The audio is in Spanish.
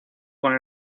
con